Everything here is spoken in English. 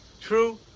true